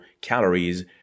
calories